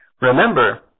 Remember